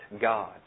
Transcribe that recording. God